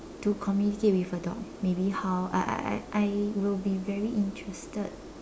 to communicate with a dog maybe how I I I I will be very interested